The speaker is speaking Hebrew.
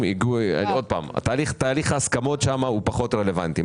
תהליך ההסכמות שם פחות רלוונטי.